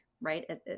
right